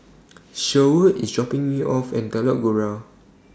Sherwood IS dropping Me off At Telok Kurau